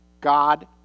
God